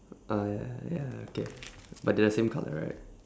uh ya ya okay but they are same colour right